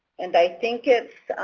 and i think it's,